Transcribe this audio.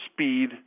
speed